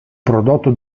prodotto